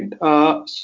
right